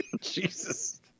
Jesus